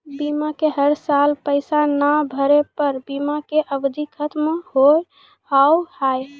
बीमा के हर साल पैसा ना भरे पर बीमा के अवधि खत्म हो हाव हाय?